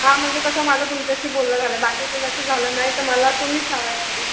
हां म्हणजे कसं माझं तुमच्याशी बोलणं झालं आहे बाकी कुणाशी झालं नाही तर मला तुम्हीच हवे आहात म्हणजे